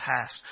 past